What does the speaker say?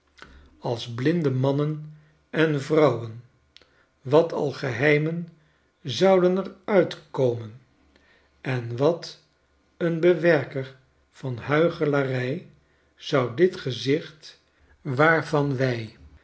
als blinde mannen en vro uwen wat al geheimen zouden er uitkomen en wat een bewerker van huichelarij zou dit gezicht waarvan wij